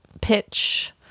pitch